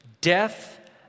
Death